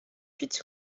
huit